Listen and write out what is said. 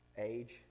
Age